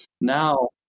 Now